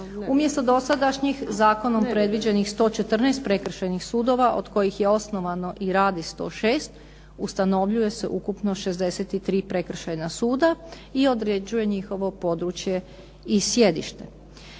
Umjesto dosadašnjih zakonom predviđenih 114 prekršajnih sudova od kojih je osnovano i radi 106 ustanovljuje se ukupno 63 prekršajna suda i određuje njihovo područje i sjedište.